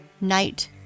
night